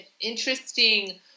interesting